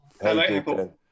Hello